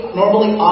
normally